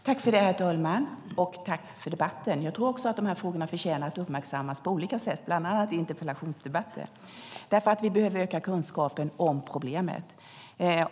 Herr talman! Tack för debatten! Jag tror också att de här frågorna förtjänar att uppmärksammas på olika sätt, bland annat i interpellationsdebatter, därför att vi behöver öka kunskapen om problemet.